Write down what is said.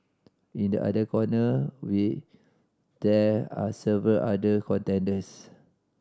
in the other corner we there are several other contenders